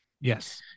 Yes